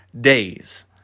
days